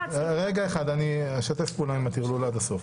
אני אשתף פעולה עם הטרלול עד הסוף.